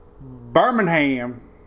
Birmingham